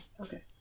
Okay